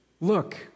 look